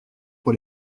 pour